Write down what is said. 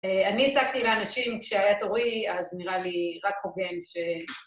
אני צעקתי לאנשים כשהיה תורי, אז נראה לי רק הוגן ש...